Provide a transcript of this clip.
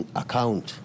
account